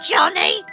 Johnny